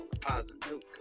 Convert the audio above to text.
Positive